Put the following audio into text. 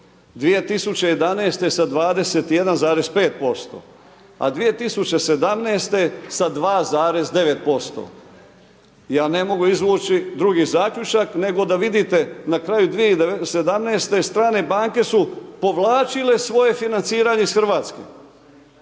2011. sa 21,5% a 2017. sa 2,9%. Ja ne mogu izvući drugi zaključak nego da vidite na kraju 2017. strane banke su povlačile svoje financiranje iz Hrvatske.